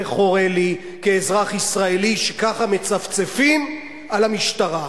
זה חורה לי כאזרח ישראל שכך מצפצפים על המשטרה,